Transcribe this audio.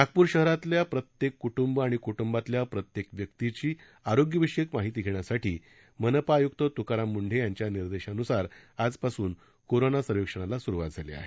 नागप्र शहरातील प्रत्येक क्टुंब आणि क्टुंबातील प्रत्येक व्यक्तीची आरोग्यविषयक माहिती घेण्यासाठी मनपा आय्क्त त्काराम म्ंढे यांच्या निर्देशान्सार आजपासून कोरोना सर्वेक्षणाला सुरुवात झाली आहे